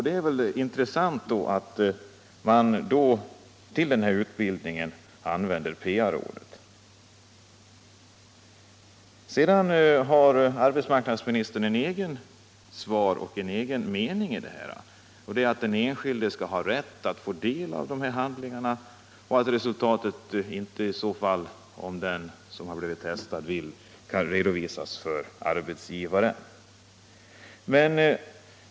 Det är intressant att konstatera att man för sådan utbildning använder PA-rådets tester. Sedan har arbetsmarknadsministern en egen mening, nämligen att den enskilde skall ha rätt att få del av testresultaten innan de redovisas för arbetsgivaren och även kunna dra tillbaka resultaten och få handlingarna brända.